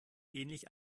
ähnlich